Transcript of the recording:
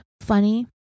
funny